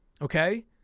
okay